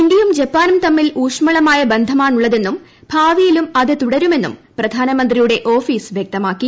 ഇന്ത്യയും ജപ്പാനും തമ്മിൽ ഊഷ്മളമായ ബന്ധമാണുള്ളതെന്നും ഭാവിയിലും അത് തുടരുമെന്നും പ്രധാനമുന്ത്രിയുടെ ഓഫീസ് വൃക്തമാക്കി